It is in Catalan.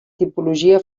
tipologia